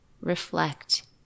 reflect